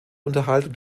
unterhaltung